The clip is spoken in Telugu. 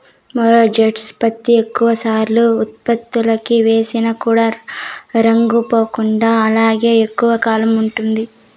మెర్సరైజ్డ్ పత్తి ఎక్కువ సార్లు ఉతుకులకి వేసిన కూడా రంగు పోకుండా అలానే ఎక్కువ కాలం ఉంటుంది